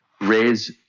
raise